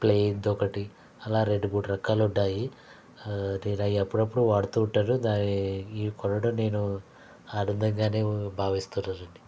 plane దొకటి అలా రెండు మూడు రకాలు ఉంటాయి నేనవి అప్పుడప్పుడు వాడుతూ ఉంటాను దాని ఇవి కొనడం నేను ఆనందంగానే భావిస్తున్నానండి